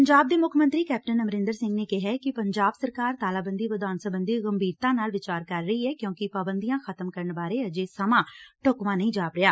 ਪੰਜਾਬ ਦੇ ਮੁੱਖ ਮੰਤਰੀ ਕੈਪਟਨ ਅਮਰਿਦਰ ਸਿੰਘ ਨੇ ਕਿਹੈ ਕਿ ਪੰਜਾਬ ਸਰਕਾਰ ਤਾਲਾਬੰਦੀ ਵਧਾਉਣ ਸਬੰਧੀ ੰਭੀਰਤਾ ਨਾਲ ਵਿਚਾਰ ਕਰ ਰਹੀ ਐ ਕਿਉਕਿ ਪਾਬੰਦੀਆਂ ਖਤਮ ਕਰਨ ਬਾਰੇ ਅਜੇ ਸਮਾਂ ਢੁਕਵਾਂ ਨਹੀ ਜਾਪ ਰਿਹਾ